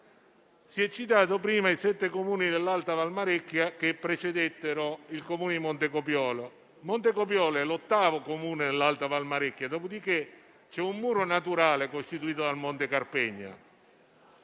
Si sono citati prima i sette Comuni dell'Alta Valmarecchia che hanno preceduto il Comune di Montecopiolo, che è l'ottavo Comune dell'Alta Valmarecchia, dopodiché c'è un muro naturale costituito dal monte Carpegna.